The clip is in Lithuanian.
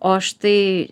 o štai